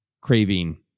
craving